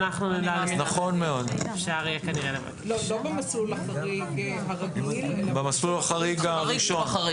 לא במסלול החריג הרגיל --- במסלול החריג הראשון.